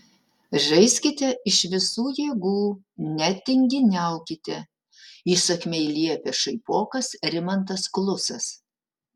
žaiskite iš visų jėgų netinginiaukite įsakmiai liepia šaipokas rimantas klusas